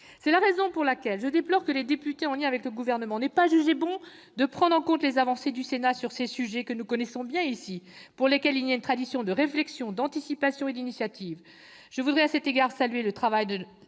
cette raison, je déplore que les députés, en lien avec le Gouvernement, n'aient pas jugé bon de prendre en compte les avancées du Sénat sur ces sujets que nous connaissons bien, sur lesquels nous disposons d'une tradition de réflexion, d'anticipation et d'initiative. Je voudrais, à cet égard, saluer le travail de